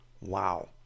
Wow